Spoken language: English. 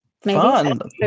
Fun